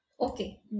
Okay